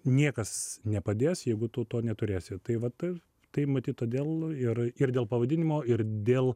niekas nepadės jeigu tu to neturėsi tai va tai tai matyt todėl ir ir dėl pavadinimo ir dėl